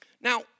Now